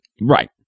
Right